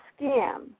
scam